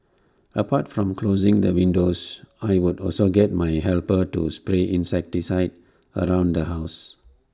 apart from closing the windows I would also get my helper to spray insecticide around the house